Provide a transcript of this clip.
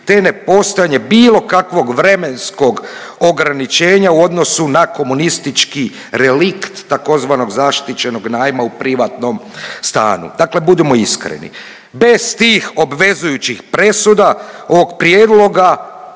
te ne postojanje bilo kakvog vremenskog ograničenja u odnosu na komunistički relikt tzv. zaštićenog najma u privatnom stanu. Dakle, budimo iskreni. Bez tih obvezujućih presuda ovog prijedloga